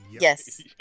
Yes